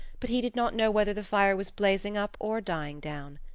but he did not know whether the fire was blazing up or dying down.